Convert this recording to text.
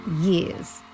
years